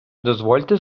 дозвольте